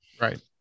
right